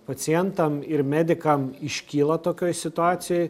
pacientam ir medikam iškyla tokioj situacijoj